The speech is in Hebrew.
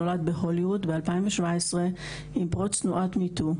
שנולד בהוליווד ב-2017 עם פרוץ תנועת מי-טו.